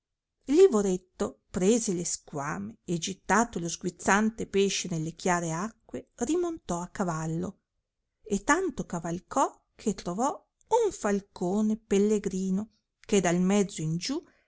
lavoretto prese le squamme e gittato lo sguizzante pesce nelle chiare acque rimontò a cavallo e tanto cavalcò che trovò un falcone pellegrino che dal mezzo in giù